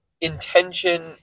intention